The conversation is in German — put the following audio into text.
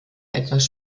etwas